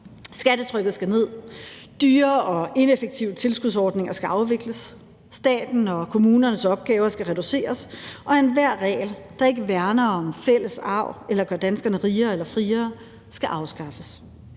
Skattetrykket skal ned, dyre og ineffektive tilskudsordninger skal afvikles, statens og kommunernes opgaver skal reduceres, og enhver regel, der ikke værner om en fælles arv eller gør danskerne rigere eller friere, skal afskaffes.